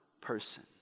person